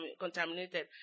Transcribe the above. contaminated